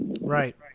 Right